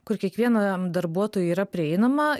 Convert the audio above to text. kur kiekvienam darbuotojui yra prieinama